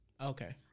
Okay